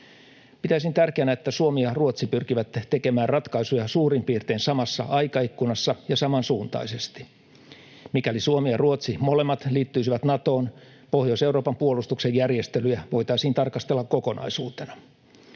Pitäisin tärkeänä, että Suomi ja Ruotsi pyrkivät tekemään ratkaisuja suurin piirtein samassa aikaikkunassa ja saman suuntaisesti. Mikäli Suomi ja Ruotsi molemmat liittyisivät Natoon, Pohjois-Euroopan puolustuksen järjestelyjä voitaisiin tarkastella kokonaisuutena.